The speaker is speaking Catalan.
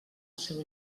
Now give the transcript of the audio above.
seu